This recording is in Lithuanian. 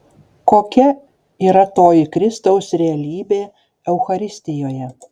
kokia yra toji kristaus realybė eucharistijoje